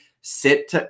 sit